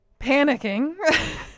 Panicking